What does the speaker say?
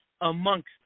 amongst